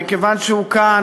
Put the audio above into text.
מכיוון שהוא כאן,